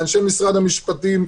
לאנשי משרד המשפטים,